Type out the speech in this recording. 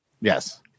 Yes